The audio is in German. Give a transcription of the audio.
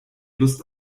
lust